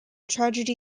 tragedy